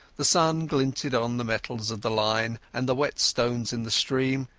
the sun glinted on the metals of the line and the wet stones in the stream,